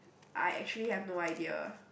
I actually have no idea